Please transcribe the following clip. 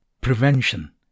prevention